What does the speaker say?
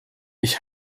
ich